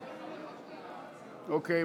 בבקשה.